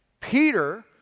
Peter